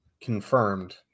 confirmed